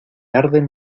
arden